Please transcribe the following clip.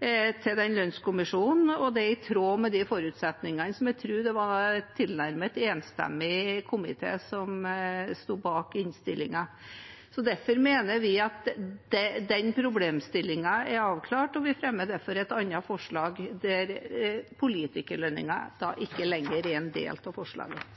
til den lønnskommisjonen. Det er i tråd med de forutsetningene jeg tror det var en tilnærmet enstemmig komité som sto bak i innstillingen. Derfor mener vi at den problemstillingen er avklart, og vi fremmer derfor et annet forslag der politikerlønninger da ikke lenger er en del av forslaget.